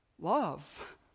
love